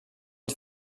one